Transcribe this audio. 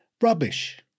Rubbish